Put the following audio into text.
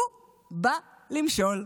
הוא בא למשול.